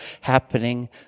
happening